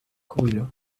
хвилю